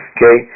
Okay